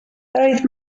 roedd